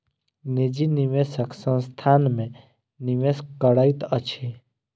निजी निवेशक संस्थान में निवेश करैत अछि